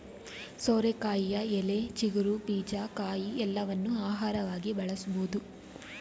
ಸೋರೆಕಾಯಿಯ ಎಲೆ, ಚಿಗುರು, ಬೀಜ, ಕಾಯಿ ಎಲ್ಲವನ್ನೂ ಆಹಾರವಾಗಿ ಬಳಸಬೋದು